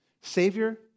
Savior